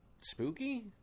spooky